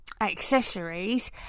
accessories